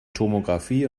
tomographie